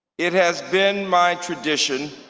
it has been my tradition